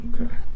Okay